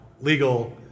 legal